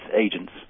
agents